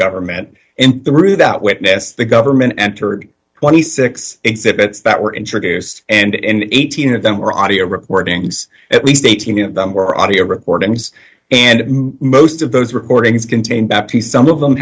government and through that witness the government entered twenty six exhibits that were introduced and eighteen of them were audio recordings at least eighteen of them were audio recordings and most of those recordings contain back he some of them